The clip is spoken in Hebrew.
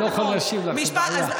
אני לא יכול להשיב לך, זאת בעיה.